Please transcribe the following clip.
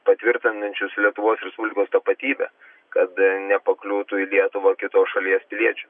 patvirtinančius lietuvos respublikos tapatybę kad nepakliūtų į lietuvą kitos šalies piliečių